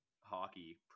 hockey